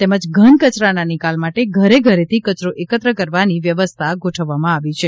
તેમજ ઘન કચરાના નિકાલ માટે ઘરે ઘરેથી કચરો એકત્ર કરવાની વ્યવસ્થા ગોઠવવામાં આવી છે